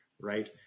right